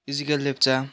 इजिगेल Lepcha